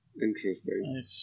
Interesting